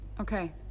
Okay